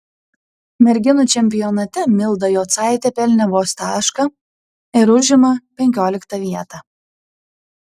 merginų čempionate milda jocaitė pelnė vos tašką ir užima penkioliktą vietą